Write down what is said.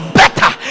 better